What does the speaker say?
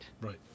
Right